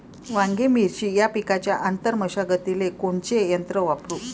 वांगे, मिरची या पिकाच्या आंतर मशागतीले कोनचे यंत्र वापरू?